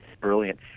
brilliant